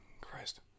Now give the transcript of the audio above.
Christ